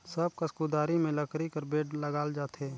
सब कस कुदारी मे लकरी कर बेठ लगाल जाथे